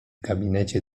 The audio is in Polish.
gabinecie